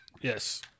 Yes